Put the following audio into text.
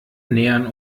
nähern